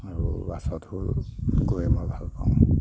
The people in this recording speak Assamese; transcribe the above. আৰু বাছত হ'ল গৈয়ে মই ভালপাওঁ